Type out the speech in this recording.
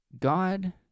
God